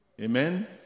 Amen